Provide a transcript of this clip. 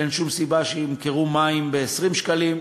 ואין שום סיבה שימכרו מים ב-20 שקלים.